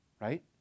right